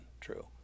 true